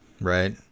right